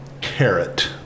carrot